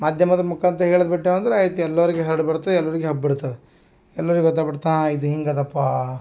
ಮಾಧ್ಯಮದ ಮುಖಾಂತ್ರ ಹೇಳದ್ಬಿಟ್ಟುವು ಅಂದರೆ ಆಯ್ತು ಎಲ್ಲರಿಗೆ ಹರಡ್ಬಿಡುತ್ತೆ ಎಲ್ಲರಿಗೆ ಹಬ್ಬಿಡುತ್ತೆ ಅದು ಎಲ್ಲರಿಗೆ ಗೊತ್ತಾಗ್ಬಿಡ್ತಾ ಇದು ಹಿಂಗೆ ಅದಪ್ಪಾ